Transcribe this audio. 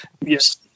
Yes